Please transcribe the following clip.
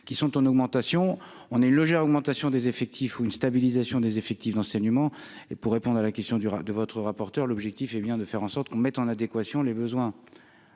qui sont en augmentation, on est logé à augmentation des effectifs ou une stabilisation des effectifs d'enseignement et pour répondre à la question du de votre rapporteur, l'objectif est bien de faire en sorte qu'on mette en adéquation les besoins